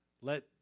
Let